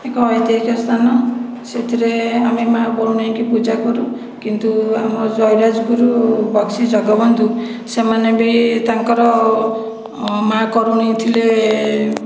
ଏକ ଐତିହାସିକ ସ୍ଥାନ ସେଥିରେ ଆମେ ମା' ବରୁଣେଇଙ୍କୁ ପୂଜା କରୁ କିନ୍ତୁ ଆମ ଜୟୀରାଜଗୁରୁ ବକ୍ସିଜଗବନ୍ଧୁ ସେମାନେ ବି ତା'ଙ୍କର ମା' କରୁଣେଇ ଥିଲେ